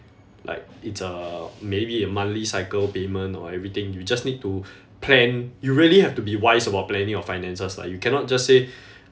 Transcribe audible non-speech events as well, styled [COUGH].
like it's uh maybe a monthly cycle payment or everything you just need to [BREATH] plan you really have to be wise about planning your finances lah you cannot just say [BREATH]